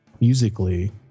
musically